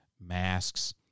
masks